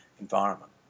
environment